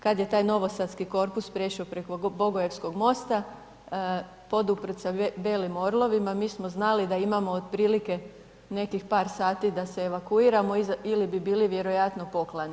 Kad je taj novosadski korpus preko Bogojevskog mosta, poduprt sa belim orlovima mi smo znali da imamo otprilike nekih par sati da se evakuiramo ili bi bili vjerojatno poklani.